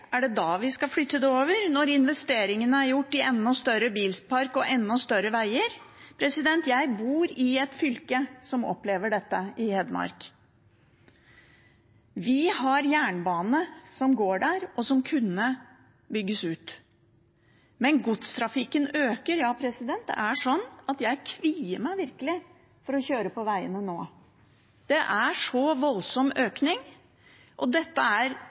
Er det da vi skal flytte det over? Når investeringene er gjort i enda større bilpark og enda større veier? Jeg bor i et fylke som opplever dette, i Hedmark. Vi har jernbane som går der, og som kunne bygges ut. Men godstrafikken øker. Jeg kvier meg virkelig for å kjøre på veiene nå. Det er en så voldsom økning. Dette skader klimaet, det gjør det farlig i trafikken, og